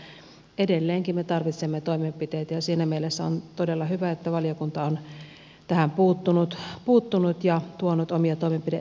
mutta edelleenkin me tarvitsemme toimenpiteitä ja siinä mielessä on todella hyvä että valiokunta on tähän puuttunut ja tuonut omia toimenpide ehdotuksia